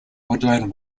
woodland